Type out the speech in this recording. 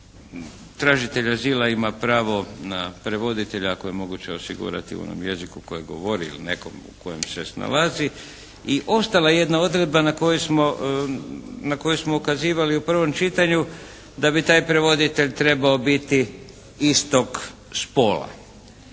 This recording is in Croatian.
tražitelj azila ima pravo na prevoditelja ako je moguće osigurati na onom jeziku na kojem govori ili nekomu kojem se snalazi. I ostala je jedna odredba na koju smo ukazivali u prvom čitanju, da bi taj prevoditelj trebao biti istog spola.